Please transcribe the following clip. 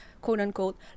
quote-unquote